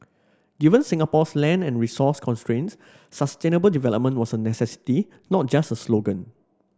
given Singapore's land and resource constraints sustainable development was a necessity not just a slogan